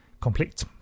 complete